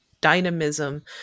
dynamism